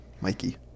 mikey